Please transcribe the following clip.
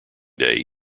day